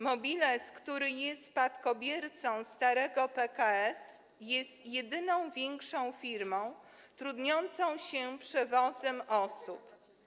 Mobiles, który jest spadkobiercą starego PKS, jest jedyną większą firmą trudniącą się przewozem osób.